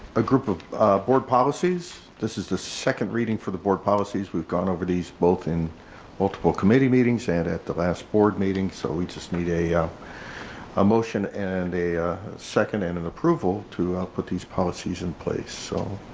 a group of board policies. this is the second reading for the board policies. we've gone over these both in multiple committee meetings and at the last board meeting, so we just need a yeah ah motion and a second and have and approval to put these policies in place. so